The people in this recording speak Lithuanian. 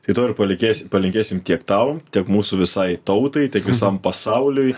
tai to ir palikės palinkėsim tiek tau tiek mūsų visai tautai tiek visam pasauliui